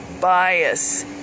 bias